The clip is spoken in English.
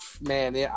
man